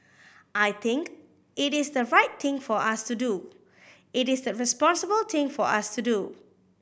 I think it is the right thing for us to do it is the responsible thing for us to do